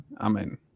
amen